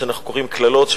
מה שאנחנו קוראים קללות,